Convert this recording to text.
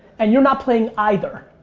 and you're not playing either.